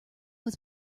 was